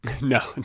no